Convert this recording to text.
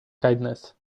kindness